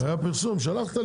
היה פרסום, חבר הכנסת כץ שלח לי.